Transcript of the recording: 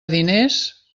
diners